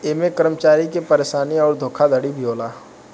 ऐमे कर्मचारी के परेशानी अउर धोखाधड़ी भी होला